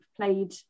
played